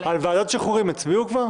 על ועדת שחרורים הצביעו כבר?